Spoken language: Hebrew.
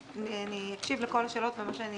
רק על זה תעני עכשיו.